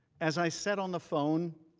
as i said on the phone,